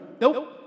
Nope